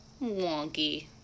wonky